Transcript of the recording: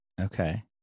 Okay